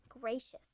Gracious